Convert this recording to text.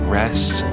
rest